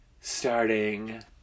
Starting